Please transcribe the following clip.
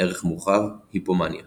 ערך מורחב – היפומאניה